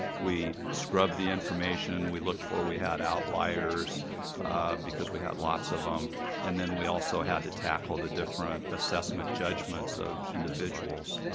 we scrubbed the information. we looked for we had outliers because we had lots of them and then we also had to tackle the different assessment judgments of individuals,